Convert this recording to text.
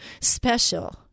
special